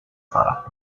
sara